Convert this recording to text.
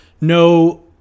no